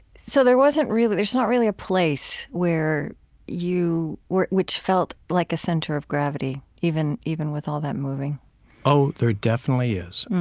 so there wasn't really there's not really a place where you which felt like a center of gravity even even with all that moving oh, there definitely is,